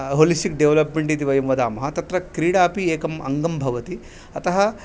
holistic development इति वयं वदामः तत्र क्रीडापि एकम् अङ्गं भवति अतः